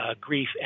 grief